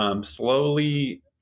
Slowly